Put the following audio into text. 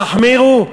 תחמירו,